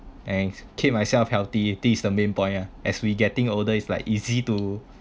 and keep myself healthy this is the main point ah yeah as we getting older it's like easy to